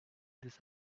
this